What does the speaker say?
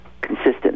consistent